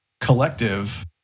collective